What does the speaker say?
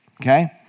okay